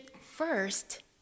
first